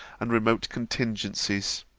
and remote contingencies.